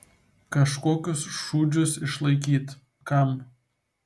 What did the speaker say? kažkokius šūdžius išlaikyt kam